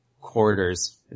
quarters